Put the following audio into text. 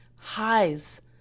highs